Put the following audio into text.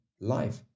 life